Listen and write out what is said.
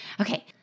Okay